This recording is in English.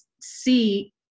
see